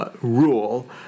rule